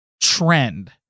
trend